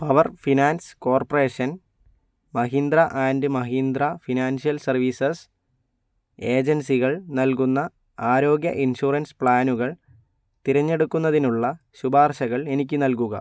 power finance corporation Mahindra and Mahindra financial services ഏജൻസികൾ നൽകുന്ന ആരോഗ്യ ഇൻഷുറൻസ് പ്ലാനുകൾ തിരഞ്ഞെടുക്കുന്നതിനുള്ള ശുപാർശകൾ എനിക്ക് നൽകുക